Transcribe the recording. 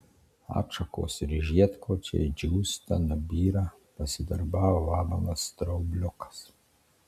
atšakos ir žiedkočiai džiūsta nubyra pasidarbavo vabalas straubliukas